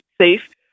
safe